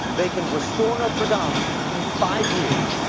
they can restore notre dame in five years.